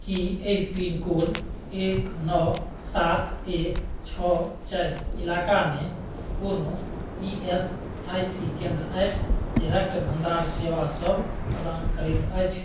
की एहि पिनकोड एक नओ सात एक छओ चारि इलाकामे कोनो ई एस आई सी केंद्र अछि जे रक्त भंडार सेवा सब प्रदान करैत अछि